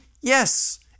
Yes